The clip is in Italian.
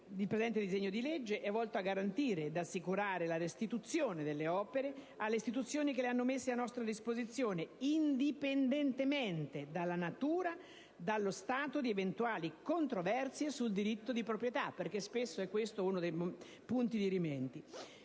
Il presente disegno di legge è volto a garantire ed assicurare la restituzione delle opere alle istituzioni che le hanno messe a nostra disposizione, indipendentemente dalla natura e dallo stato di eventuali controversie sul diritto di proprietà, perché spesso questo è uno dei punti dirimenti.